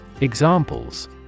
examples